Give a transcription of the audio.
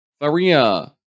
Maria